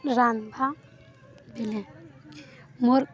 ରାନ୍ଧ୍ବା ବେଲେ ମୋର୍